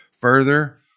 further